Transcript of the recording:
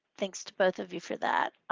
thanks to both of you for that.